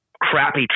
crappy